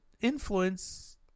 influence